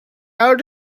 out